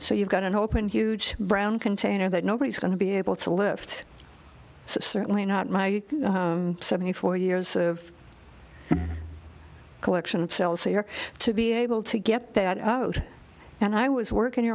so you got an open huge brown container that nobody's going to be able to lift certainly not my seventy four years of collection of cells here to be able to get that out and i was working